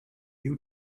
you